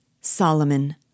Solomon